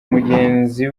mugenzi